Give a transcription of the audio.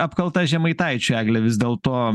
apkalta žemaitaičiui egle vis dėl to